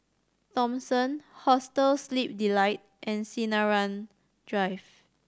Thomson Hostel Sleep Delight and Sinaran Drive